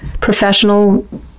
professional